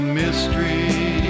mystery